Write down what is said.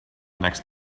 next